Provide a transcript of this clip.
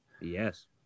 Yes